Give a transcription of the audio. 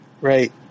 right